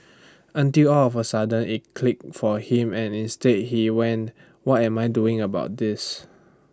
until all of A sudden IT click for him and instead he went what am I doing about this